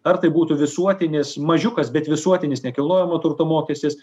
ar tai būtų visuotinis mažiukas bet visuotinis nekilnojamo turto mokestis